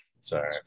Sorry